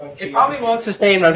it probably won't sustain,